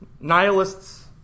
nihilists